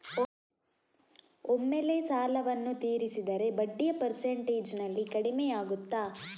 ಒಮ್ಮೆಲೇ ಸಾಲವನ್ನು ತೀರಿಸಿದರೆ ಬಡ್ಡಿಯ ಪರ್ಸೆಂಟೇಜ್ನಲ್ಲಿ ಕಡಿಮೆಯಾಗುತ್ತಾ?